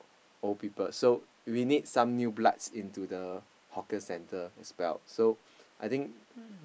old people so we need some new bloods into the hawker centre as well so I think